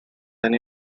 than